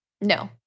No